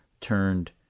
turned